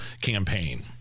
campaign